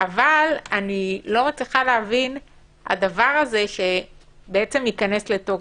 אבל אני לא מצליחה להבין את הדבר הזה שייכנס לתוקף.